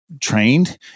trained